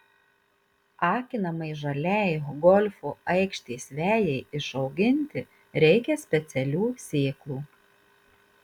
akinamai žaliai golfo aikštės vejai išauginti reikia specialių sėklų